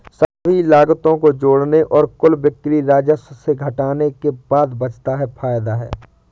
सभी लागतों को जोड़ने और कुल बिक्री राजस्व से घटाने के बाद बचता है फायदा है